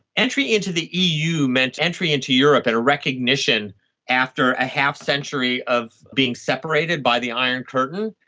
entry into the eu meant entry into europe and a recognition after a half-century of being separated by the iron curtain,